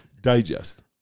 digest